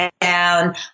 down